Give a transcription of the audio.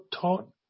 taught